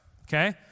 Okay